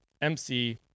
mc